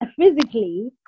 physically